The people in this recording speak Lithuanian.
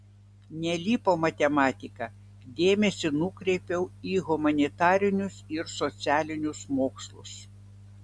nelipo matematika dėmesį nukreipiau į humanitarinius ir socialinius mokslus